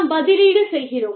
நாம் பதிலீடு செய்கிறோம்